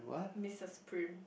Mrs-Prym